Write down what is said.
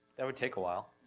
that would take a while.